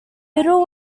biddle